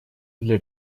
для